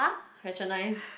patronize